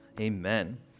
Amen